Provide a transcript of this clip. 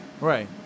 Right